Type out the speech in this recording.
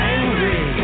angry